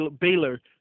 Baylor